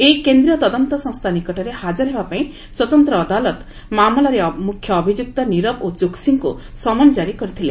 ଏହି କେନ୍ଦ୍ରୀୟ ତଦନ୍ତ ସଂସ୍ଥା ନିକଟରେ ହାଜର ହେବା ପାଇଁ ସ୍ୱତନ୍ତ ଅଦାଲତ ମାମଲାରେ ମୁଖ୍ୟ ଅଭିଯୁକ୍ତ ନିରବ ଓ ଚୋକ୍ସିଙ୍କୁ ସମନ ଜାରି କରିଥିଲେ